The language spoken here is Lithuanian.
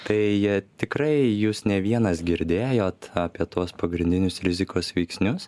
tai jie tikrai jūs ne vienas girdėjot apie tuos pagrindinius rizikos veiksnius